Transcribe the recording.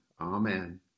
amen